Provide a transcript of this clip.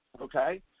Okay